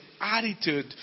attitude